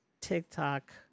TikTok